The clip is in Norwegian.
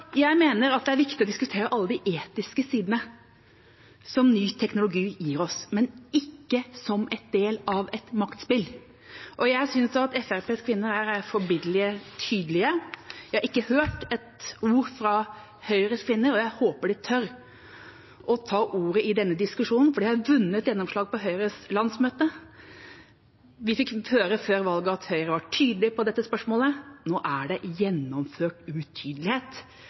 Jeg mener at det er viktig å diskutere alle de etiske sidene som ny teknologi gir oss, men ikke som en del av et maktspill. Jeg synes at Fremskrittspartiets kvinner er forbilledlig tydelige. Jeg har ikke hørt et ord fra Høyres kvinner, og jeg håper de tør å ta ordet i denne diskusjonen, for de har vunnet gjennomslag på Høyres landsmøte. Vi fikk høre før valget at Høyre var tydelig i dette spørsmålet. Nå er det gjennomført utydelighet